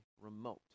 remote